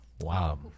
Wow